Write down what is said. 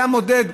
זה המודד,